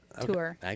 tour